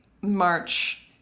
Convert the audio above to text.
March